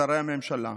שרי הממשלה,